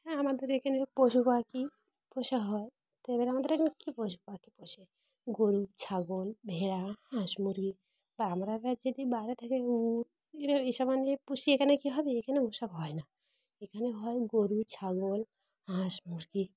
হ্যাঁ আমাদের এখানে পশু পাখি পোষা হয় এবারে আমাদের এখানে কী পশু পাখি পোষে গরু ছাগল ভেড়া হাঁস মুরগি বা আমরা যদি বাইরে থেকে উ এইসবান পুষি এখানে কী হবে এখানে ওসব হয় না এখানে হয় গরু ছাগল হাঁস মুরগি